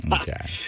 Okay